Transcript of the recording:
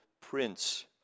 Prince